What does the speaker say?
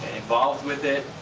involved with it.